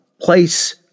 place